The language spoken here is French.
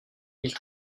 ils